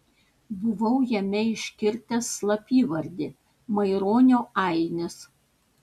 buvau jame iškirtęs slapyvardį maironio ainis